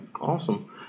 Awesome